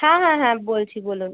হ্যাঁ হ্যাঁ হ্যাঁ বলছি বলুন